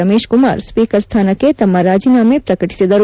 Ramesh Kumar speaker ಸ್ಥಾನಕ್ಕೆ ತಮ್ಮ ರಾಜೀನಾಮೆ ಪ್ರಕಟಿಸಿದರು